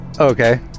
okay